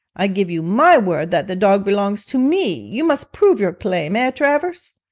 i give you my word that the dog belongs to me! you must prove your claim, ah, travers